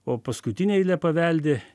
o paskutine eile paveldi